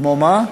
כמו, כמו מה?